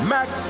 Max